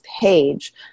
page